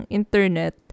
internet